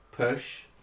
push